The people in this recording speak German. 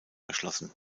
erschlossen